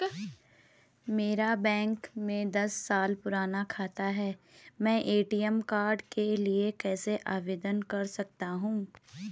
मेरा बैंक में दस साल पुराना खाता है मैं ए.टी.एम कार्ड के लिए कैसे आवेदन कर सकता हूँ?